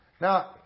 Now